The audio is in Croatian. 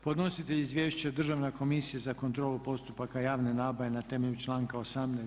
Podnositelj izvješća je Državna komisija za kontrolu postupaka javne nabave na temelju članka 18.